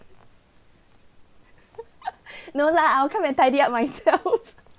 no lah I'll come and tidy up myself